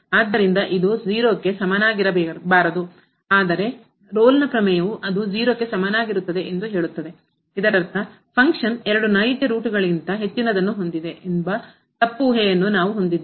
ಆದ್ದರಿಂದ ಇದು ಸಮನಾಗಿರಬಾರದು ಆದರೆ ರೋಲ್ನ ಪ್ರಮೇಯವು ಅದು ಸಮನಾಗಿರುತ್ತದೆ ಎಂದು ಹೇಳುತ್ತದೆ ಇದರರ್ಥ ಫಂಕ್ಷನ್ ಕಾರ್ಯವು ಎರಡು ನೈಜ ರೂಟ್ಗಳಿಗಿಂತ ಹೆಚ್ಚಿನದನ್ನು ಹೊಂದಿದೆ ಎಂಬ ತಪ್ಪು ಊಹೆಯನ್ನು ನಾವು ಹೊಂದಿದ್ದೇವೆ